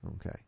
okay